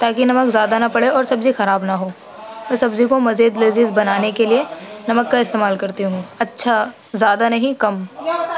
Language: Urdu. تاکہ نمک زیادہ نہ پڑے اور سبزی خراب نہ ہو سبزی کو مزید لذیذ بنانے کے لیے نمک کا استعمال کرتی ہوں اچھا زیادہ نہیں کم